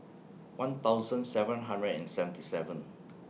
one thousand seven hundred and seventy seven